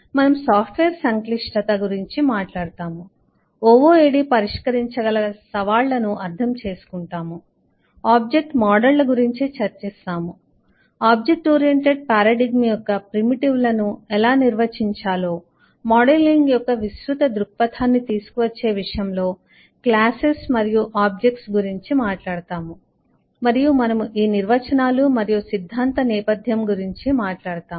మనము సాఫ్ట్వేర్ సంక్లిష్టత complexity Complexity గురించి మాట్లాడుతాము OOAD పరిష్కరించగల సవాళ్లను అర్థం చేసుకుంటాముఆబ్జెక్ట్ మోడళ్ల గురించి చర్చిస్తాము ఆబ్జెక్ట్ ఓరియెంటెడ్ పారాడిగ్మ్ యొక్క ప్రిమిటివులను ఎలా నిర్వచించాలో మోడలింగ్ యొక్క విస్తృత దృక్పథాన్ని తీసుకువచ్చే విషయంలో క్లాసెస్ మరియు ఆబ్జెక్ట్ గురించి మాట్లాడుతాము మరియు మనము ఈ నిర్వచనాలు మరియు సిద్ధాంత నేపథ్యం గురించి మాట్లాడుతాము